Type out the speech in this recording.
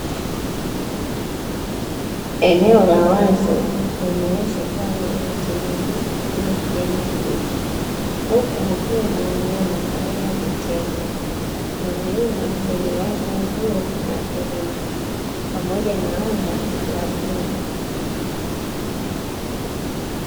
Eneo la wazi lenye nyasi kavu na miti mingi yenye kijani kibichi huku kukiwa na wanyama aina ya tembo, na mlima wenye rangi ya bluu na theluji pamoja na anga la bluu.